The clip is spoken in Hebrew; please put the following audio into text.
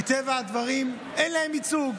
מטבע הדברים אין להן ייצוג.